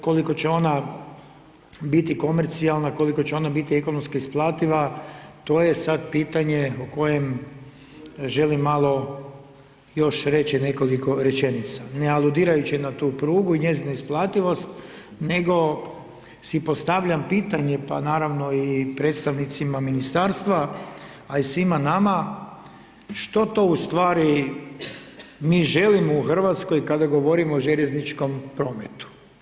Koliko će ona biti komercijalna, koliko će ona biti ekonomski isplativa, to je sad pitanje o kojem želim malo još reći nekoliko rečenica, ne aludirajući na tu prugu i njezinu isplativost, nego si postavljam pitanje, pa naravno i predstavnicima ministarstva, a i svima nama, što to ustvari mi želimo u Hrvatskoj kada govorimo o željezničkom prometu?